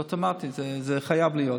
זה אוטומטי, זה חייב להיות.